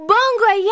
Bongo